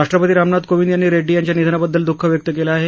राष्ट्रपती रामनाथ कोंविद यांनी रेड्डी यांच्या निधनाबद्दल दुःख व्यक्त केलं आहे